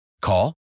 Call